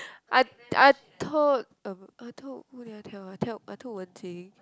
I I told uh I told who did I tell ah I tell I told Wen-Ting